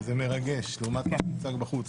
זה מרגש לעומת מה שמוצג בחוץ.